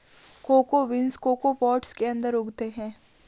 cocoa beans cocoa pots के अंदर उगते हैं